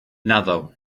naddo